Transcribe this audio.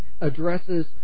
addresses